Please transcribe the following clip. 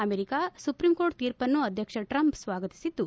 America supreme court ತೀರ್ಪನ್ನು ಅಧ್ಯಕ್ಷ Trump ಸ್ವಾಗತಿಸಿದ್ದು